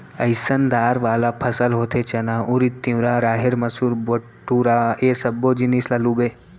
अइसने दार वाला फसल होथे चना, उरिद, तिंवरा, राहेर, मसूर, बटूरा ए सब्बो जिनिस ल लूबे